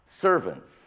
servants